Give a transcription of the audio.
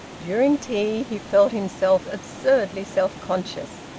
during tea he felt himself absurdly self-conscious,